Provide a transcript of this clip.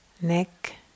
neck